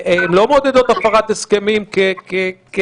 הן לא מעודדות הפרת הסכמים כהגדרה.